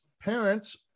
parents